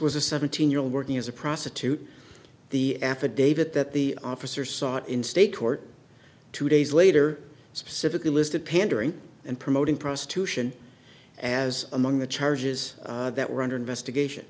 was a seventeen year old working as a prostitute the affidavit that the officer sought in state court two days later specifically listed pandering and promoting prostitution as among the charges that were under investigation